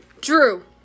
Drew